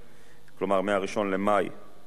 כלומר, מ-1 במאי השנה,